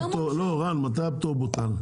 רם, מתי הפטור בוטל?